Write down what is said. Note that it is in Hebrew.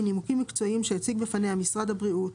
מנימוקים מקצועיים שהציג בפניה משרד הבריאות,